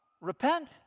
repent